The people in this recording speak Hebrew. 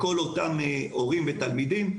לכל אותם הורים ותלמידים.